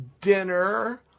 dinner